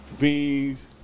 beans